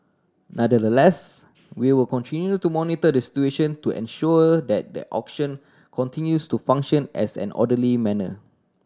nonetheless we will continue to monitor the situation to ensure that the auction continues to function as an orderly manner